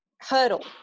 hurdle